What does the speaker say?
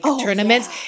tournaments